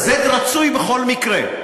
זה רצוי בכל מקרה.